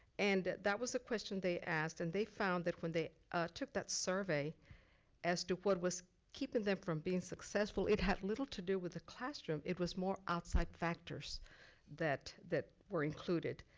and that was a question they asked and they found that when they took that survey as to what was keeping them from being successful, it had little to do with the classroom. it was more outside factors that that were included.